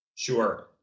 Sure